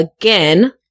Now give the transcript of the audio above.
again